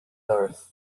doras